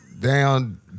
down